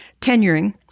tenuring